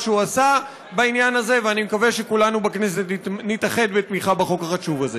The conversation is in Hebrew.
ואני מודה שאני ממש נרגשת,